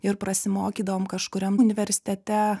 ir prasimokydavom kažkuriam universitete